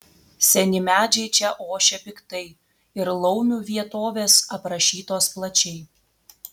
seni medžiai čia ošia piktai ir laumių vietovės aprašytos plačiai